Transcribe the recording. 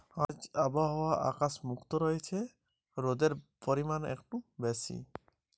আজ আবহাওয়ার কি খবর রয়েছে?